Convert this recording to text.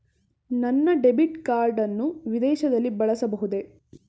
ನನ್ನ debit card ಅನ್ನು ವಿದೇಶದಲ್ಲಿ ಬಳಸಬಹುದೇ?